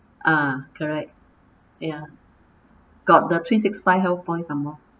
ah correct ya got the three six five health points are more